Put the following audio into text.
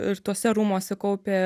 ir tuose rūmuose kaupė